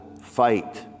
fight